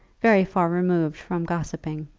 very far removed from gossiping.